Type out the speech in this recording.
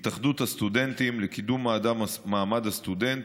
התאחדות הסטודנטים לקידום מעמד הסטודנט